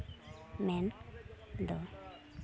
ᱢᱮᱱᱫᱚ